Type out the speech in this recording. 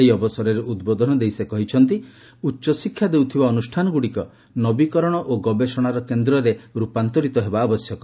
ଏହି ଅବସରରେ ଉଦ୍ବୋଧନ ଦେଇ ସେ କହିଛନ୍ତି ଉଚ୍ଚଶିକ୍ଷା ଦେଉଥିବା ଅନୁଷ୍ଠାନଗୁଡ଼ିକ ନବୀକରଣ ଓ ଗବେଷଣାର କେନ୍ଦ୍ରରେ ରୂପାନ୍ତରିତ ହେବା ଆବଶ୍ୟକ